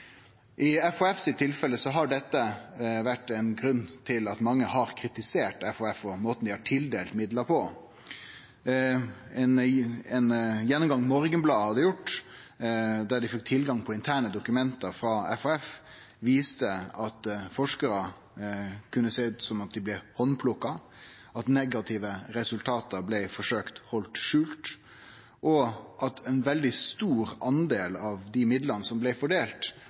I FHFs tilfelle har dette vore ein grunn til at mange har kritisert FHF for måten dei har tildelt midlar på. Ein gjennomgang Morgenbladet gjorde, der dei fekk tilgang til interne dokument frå FHF, viste at det kunne sjå ut som om forskarar blei handplukka, at ein forsøkte å halde skjult negative resultat, og at ein veldig stor del av dei midlane som blei fordelte, blei fordelt